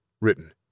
written